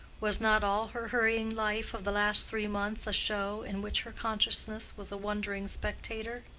was not all her hurrying life of the last three months a show, in which her consciousness was a wondering spectator?